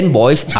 boys